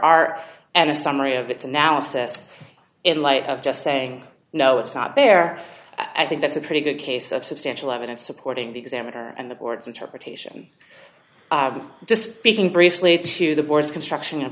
are and a summary of its analysis in light of just saying no it's not there i think that's a pretty good case of substantial evidence supporting the examiner and the board's interpretation this being briefly to the board's construction